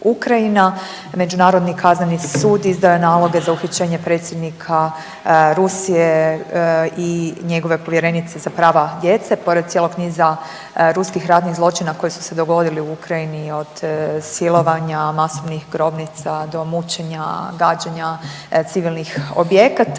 Međunarodni kazneni sud izdao je naloge za uhićenje predsjednika Rusije i njegove povjerenice za prava djece. Pored cijelog niza ruskih ratnih zločina koji su se dogodili u Ukrajini od silovanja, masovnih grobnica do mučenja, gađanja civilnih objekata